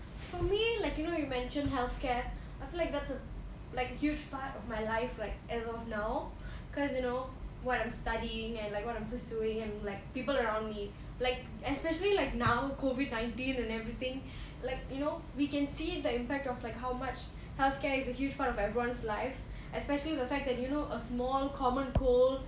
for me like you know you mentioned healthcare I feel like that's a like a huge part of my life like as of now because you know what I'm studying and like what I'm pursuing and like people around me like especially like now COVID nineteen and everything like you know we can see the impact of like how much healthcare is a huge part of everyone's life especially the fact that you know a small common cold